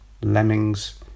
lemmings